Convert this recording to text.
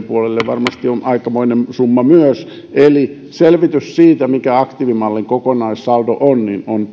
puolelle varmasti on tullut aikamoinen summa myös eli selvitys siitä mikä aktiivimallin kokonaissaldo on on